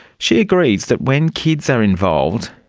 she agrees that when kids are involved,